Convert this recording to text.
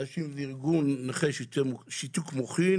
אנשים זה ארגון נכי שיתוק מוחין,